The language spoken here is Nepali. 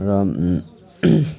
र